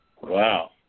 wow